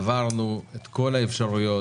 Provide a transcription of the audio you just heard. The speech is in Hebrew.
עברנו את כל האפשרויות